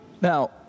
now